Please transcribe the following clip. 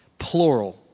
Plural